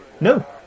No